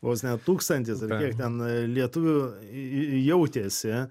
vos ne tūkstantis ar kiek ten lietuvių jautėsi